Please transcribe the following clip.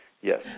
Yes